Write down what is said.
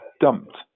dumped